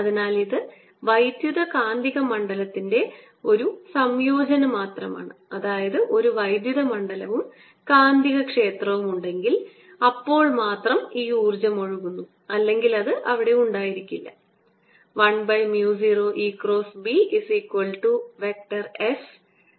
അതിനാൽ ഇത് വൈദ്യുതകാന്തിക മണ്ഡലത്തിന്റെ ഒരു സംയോജനം മാത്രമാണ് അതായത് ഒരു വൈദ്യുത മണ്ഡലവും കാന്തികക്ഷേത്രവും ഉണ്ടെങ്കിൽ അപ്പോൾ മാത്രം ഈ ഊർജ്ജം ഒഴുകുന്നു അല്ലെങ്കിൽ അത് അവിടെ ഉണ്ടായിരിക്കുന്നതല്ല